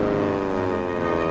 or